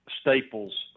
staples